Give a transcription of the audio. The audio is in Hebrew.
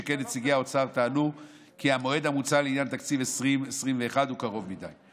שכן נציגי האוצר טענו כי המועד המוצע לעניין תקציב 2021 הוא קרוב מדי.